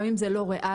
גם אם זה לא ריאלי,